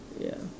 ya